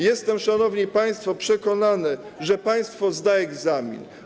Jestem, szanowni państwo, przekonany, że państwo zda egzamin.